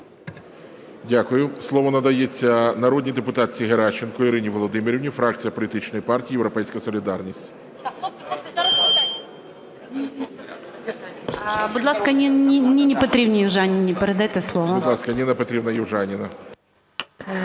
Дякую. Слово надається народній депутатці Геращенко Ірині Володимирівні, фракція політичної партії "Європейська солідарність".